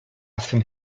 swym